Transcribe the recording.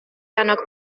annog